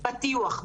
בטיוח,